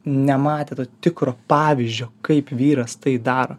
nematė to tikro pavyzdžio kaip vyras tai daro